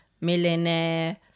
millionaire